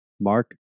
Mark